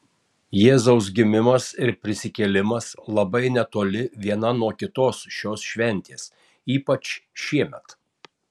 jėzaus gimimas ir prisikėlimas labai netoli viena nuo kitos šios šventės ypač šiemet